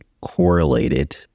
correlated